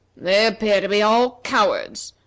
they appear to be all cowards,